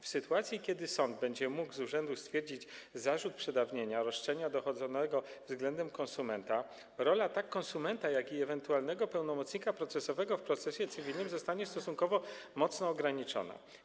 W sytuacji kiedy sąd będzie mógł z urzędu stwierdzić zarzut przedawnienia roszczenia dochodzonego względem konsumenta, rola tak konsumenta, jak i ewentualnego pełnomocnika procesowego w procesie cywilnym zostanie stosunkowo mocno ograniczona.